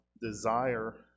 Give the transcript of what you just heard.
desire